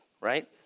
right